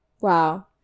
Wow